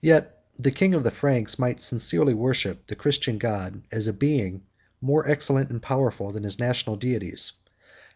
yet the king of the franks might sincerely worship the christian god, as a being more excellent and powerful than his national deities